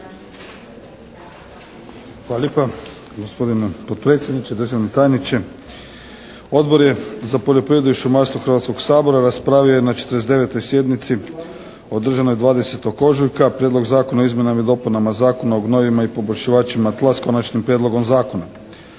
Hvala lijepa gospodine potpredsjedniče, državni tajniče. Odbor je za poljoprivredu i šumarstvo Hrvatskog sabora raspravio na 49. sjednici održanoj 20. ožujka Prijedlog zakona o izmjenama i dopunama Zakona o gnojivima i poboljšivačima tla s konačnim prijedlogom zakona.